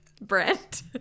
Brent